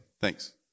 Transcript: thanks